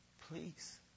Please